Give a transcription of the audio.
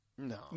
No